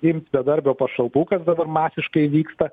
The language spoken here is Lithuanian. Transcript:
imt bedarbio pašalpų kas dabar masiškai vyksta